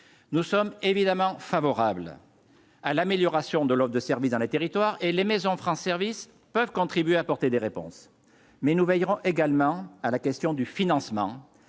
nous sommes évidemment favorables à l'amélioration de l'homme de service dans les territoires et les Maisons France services peuvent contribuer à apporter des réponses, mais nous veillerons également à la question du financement